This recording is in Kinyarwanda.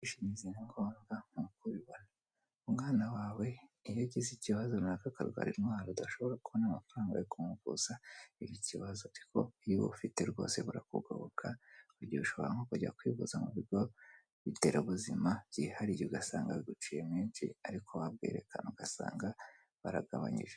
Ubwishingizi ni ngombwa nk'uko ubibona. Umwana wawe iyo ugize ikibazo runaka akarwara indwaro udashobora kubona amafaranga yo kuvuza biba ikibazo ariko iyo ufite rwose bukugoboka ibyo bishobora nko kujya kwivuza mu bigo nderabuzima byihariye ugasanga biguciye menshi ariko wabwekana ugasanga baragabanyije.